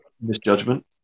misjudgment